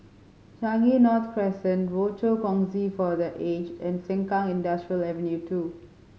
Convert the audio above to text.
Changi North Crescent Rochor Kongsi for The Aged and Sengkang Industrial Avenue Two